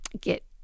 get